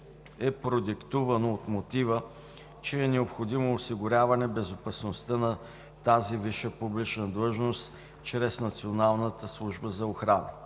е продиктувано от мотива, че е необходимо осигуряване на безопасността на тази висша публична длъжност чрез